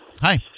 Hi